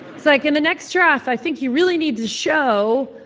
like, in the next draft, i think you really need to show.